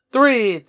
Three